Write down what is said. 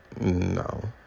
No